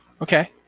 Okay